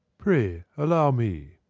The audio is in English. pray, allow me.